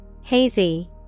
Hazy